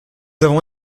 avons